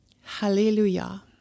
hallelujah